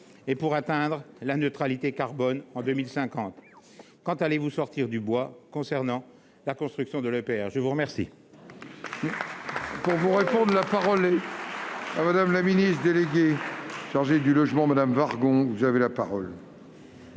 et d'atteindre la neutralité carbone en 2050 ? Quand allez-vous sortir du bois concernant la construction de l'EPR ? La parole